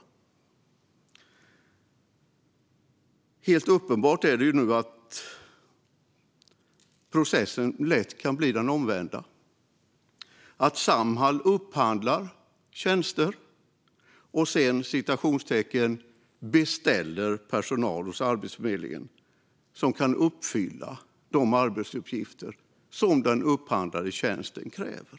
Det är nu helt uppenbart att processen lätt blir den omvända, det vill säga att Samhall upphandlar tjänster och sedan "beställer" personer av Arbetsförmedlingen som kan uppfylla de arbetsuppgifter som den upphandlade tjänsten kräver.